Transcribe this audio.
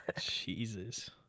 Jesus